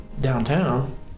downtown